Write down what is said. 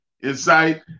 inside